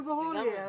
הכול ברור לי.